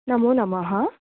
नमो नमः